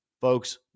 Folks